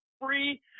free